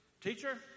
Teacher